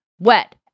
Wet